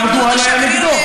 וארדואן היה נגדו.